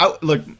Look